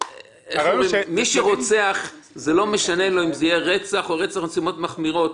מי שרוצח רוצח והנושא של נסיבות מחמירות